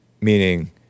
Meaning